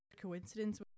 coincidence